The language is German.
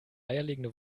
eierlegende